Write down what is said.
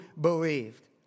believed